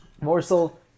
Morsel